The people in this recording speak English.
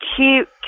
cute